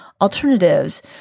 alternatives